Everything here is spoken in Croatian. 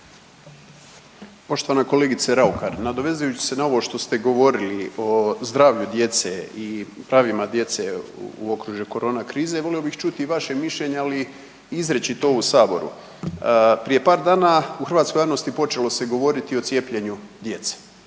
Poštovana kolegice Raukar, nadovezujući se na ovo što ste govorili o zdravlju djece i pravima djece u okružju korona krize volio bih čuti i vaše mišljenje ali izričito to u Saboru. Prije par dana u hrvatskoj javnosti počelo se govoriti o cijepljenju djece,